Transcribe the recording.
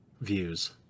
views